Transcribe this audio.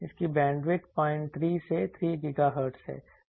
इसकी बैंडविड्थ 03 से 3 GHz है